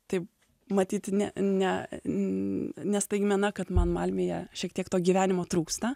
taip matyt ne ne ne staigmena kad man malmėje šiek tiek to gyvenimo trūksta